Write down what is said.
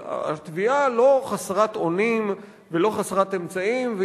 אבל התביעה לא חסרת אונים ולא חסרת אמצעים,